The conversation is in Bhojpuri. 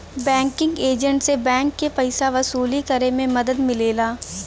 बैंकिंग एजेंट से बैंक के पइसा वसूली करे में मदद मिलेला